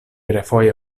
refoje